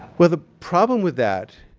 well, the problem with that,